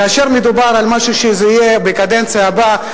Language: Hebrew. כאשר מדובר על משהו שיהיה בקדנציה הבאה,